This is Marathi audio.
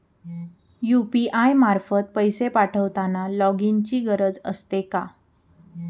यु.पी.आय मार्फत पैसे पाठवताना लॉगइनची गरज असते का?